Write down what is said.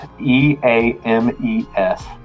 E-A-M-E-S